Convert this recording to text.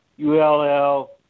ULL –